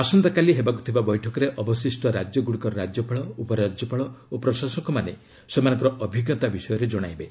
ଆସନ୍ତାକାଲି ହେବାକୁ ଥିବା ବୈଠକରେ ଅବଶିଷ୍ଟ ରାଜ୍ୟଗୁଡ଼ିକର ରାଜ୍ୟପାଳ ଉପରାଜ୍ୟପାଳ ଓ ପ୍ରଶାସକମାନେ ସେମାନଙ୍କର ଅଭିଜ୍ଞତା ବିଷୟରେ ଜଣାଇବେ